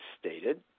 stated